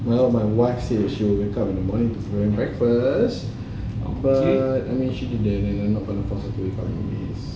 well my wife say she'll wake up in the morning for breakfast but apparently she didn't wake up